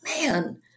man